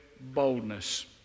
boldness